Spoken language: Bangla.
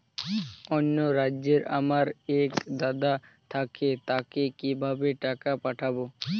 অন্য রাজ্যে আমার এক দাদা থাকে তাকে কিভাবে টাকা পাঠাবো?